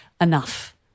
enough